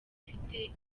ifite